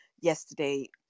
yesterday